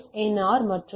R மற்றும் S